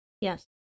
Yes